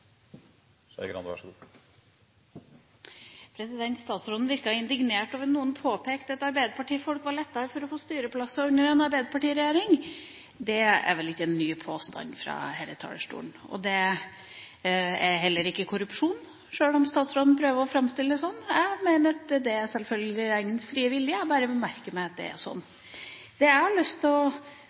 Statsråden virket indignert over at noen påpekte at arbeiderpartifolk har lettere for å få styreplasser under en arbeiderpartiregjering. Det er vel ikke en ny påstand fra denne talerstolen. Det er heller ikke påstand om korrupsjon, sjøl om statsråden prøver å framstille det sånn. Jeg mener at dette selvfølgelig dreier seg om regjeringas frie vilje. Jeg bare merker meg at det er sånn. Det jeg har lyst til å